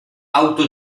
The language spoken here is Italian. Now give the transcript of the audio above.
auto